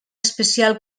especial